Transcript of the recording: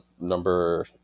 number